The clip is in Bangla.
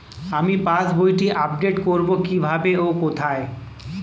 আমার পাস বইটি আপ্ডেট কোরবো কীভাবে ও কোথায়?